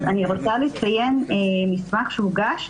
אז אני רוצה לציין מסמך שהוגש,